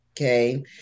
Okay